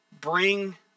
bring